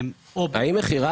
מכירה